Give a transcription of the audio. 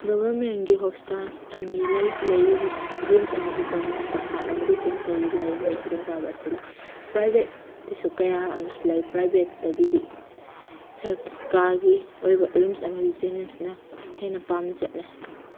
ꯒꯚꯔꯟꯃꯦꯟꯒꯤ ꯍꯣꯁꯄꯤꯇꯥꯜ ꯑꯅꯤ ꯂꯩ ꯂꯩꯔꯤꯕ ꯔꯤꯝꯁ ꯑꯃꯗꯤ ꯖꯦꯅꯤꯝꯁꯇ ꯍꯥꯔꯠ ꯑꯃꯗꯤ ꯀꯦꯟꯁꯔꯒꯤ ꯂꯥꯏꯌꯦꯡꯕꯒꯤ ꯈꯨꯗꯣꯡ ꯆꯥꯕ ꯑꯁꯤ ꯂꯩ ꯄ꯭ꯔꯥꯏꯚꯦꯠꯇꯁꯨ ꯀꯌꯥ ꯑꯃꯁꯨ ꯂꯩ ꯄ꯭ꯔꯥꯏꯚꯦꯠꯇꯒꯤꯗꯤ ꯁꯔꯀꯥꯔꯒꯤ ꯑꯣꯏꯕ ꯔꯤꯝꯁ ꯑꯃꯗꯤ ꯖꯦꯅꯤꯝꯁꯅ ꯍꯦꯟꯅ ꯄꯥꯝꯅ ꯆꯠꯅꯩ